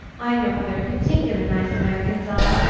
i know how very particular nice americans are.